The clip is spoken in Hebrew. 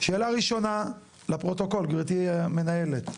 שאלה ראשונה לפרוטוקול, גבירתי המנהלת,